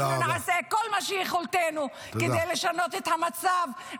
אנחנו נעשה כל מה שביכולתנו כדי לשנות את המצב.